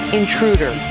intruder